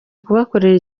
kubakorera